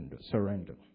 surrender